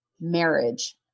marriage